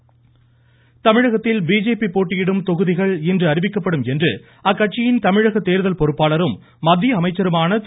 BJP வேட்பாளர்டபட்டியல் தமிழகத்தில் BJP போட்டியிடும் தொகுதிகள் இன்று அறிவிக்கப்படும் என்று அக்கட்சியின் தமிழக தேர்தல் பொறுப்பாளரும் மத்திய அமைச்சருமான திரு